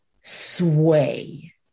sway